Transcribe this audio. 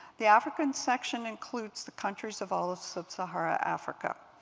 the african section includes the countries of all of sub-sahara africa.